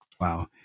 Wow